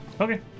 Okay